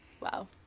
Wow